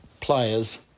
players